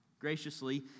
graciously